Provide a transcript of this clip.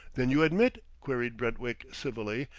then you admit, queried brentwick civilly,